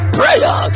prayer